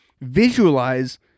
visualize